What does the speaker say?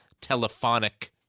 telephonic